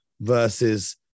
versus